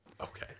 Okay